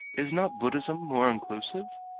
is not buddhism more inclusive,